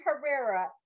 Herrera